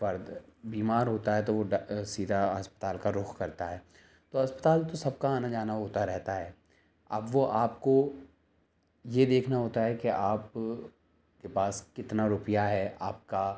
فرد بیمار ہوتا ہے تو وہ سیدھا ہسپتال کا رخ کرتا ہے تو اسپتال تو سب کا آنا جانا ہوتا رہتا ہے اب وہ آپ کو یہ دیکھنا ہوتا ہے کہ آپ کے پاس کتنا روپیہ ہے آپ کا